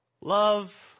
Love